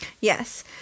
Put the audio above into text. Yes